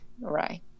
right